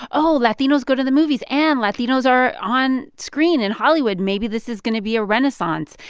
oh, latinos go to the movies, and latinos are on screen in hollywood. maybe this is going to be a renaissance.